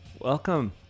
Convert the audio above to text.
Welcome